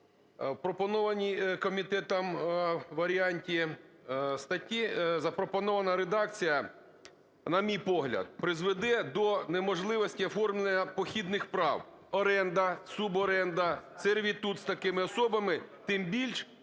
пропонованому комітетом варіанті статті запропонована редакція, на мій погляд, призведе до неможливості оформлення похідних прав: оренда, суборенда, сервітут з такими особами. Тим більш,